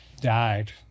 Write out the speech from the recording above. died